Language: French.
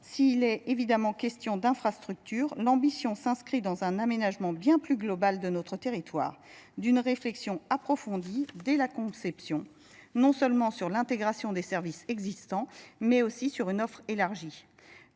s'il est évidemment question d'infrastructures. L'ambition s'inscrit dans un aménagement bien plus global de notre territoire, d'une réflexion approfondie dès la conception non seulement sur l'intégration des services existants, mais aussi sur une offre élargie,